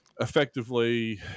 effectively